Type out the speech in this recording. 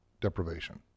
deprivation